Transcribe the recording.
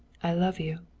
i love you.